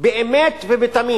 באמת ובתמים